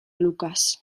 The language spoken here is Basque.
lucas